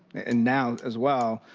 and now, as well,